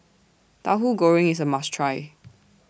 Tahu Goreng IS A must Try